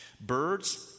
birds